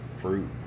fruit